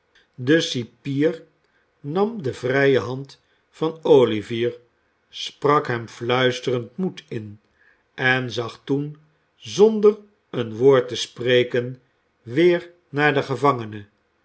de cipier nam de vrije hand van olivier sprak hem fluisterend moed in en zag toen zonder een woord te spreken weer naar den gevangene